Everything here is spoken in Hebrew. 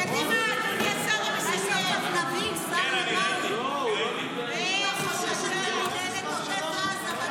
קדימה, אדוני השר המסכם.